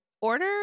Order